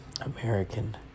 American